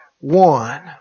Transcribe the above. one